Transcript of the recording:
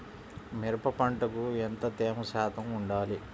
మిరప పంటకు ఎంత తేమ శాతం వుండాలి?